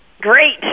Great